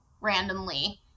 randomly